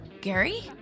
Gary